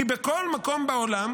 כי בכל מקום בעולם